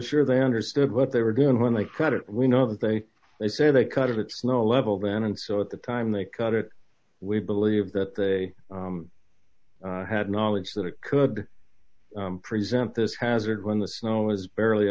sure they understood what they were doing when they credit we know that they they say they cut it low level then and so at the time they cut it we believe that they had knowledge that it could present this hazard when the snow was barely